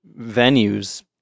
venues